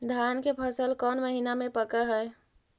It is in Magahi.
धान के फसल कौन महिना मे पक हैं?